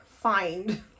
find